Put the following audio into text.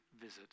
visit